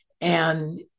and-